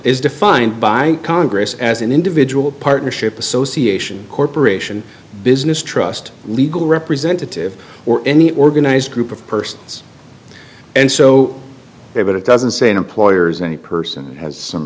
is defined by congress as an individual partnership association corporation business trust legal representative or any organized group of persons and so they but it doesn't say employers any person has some